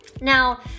now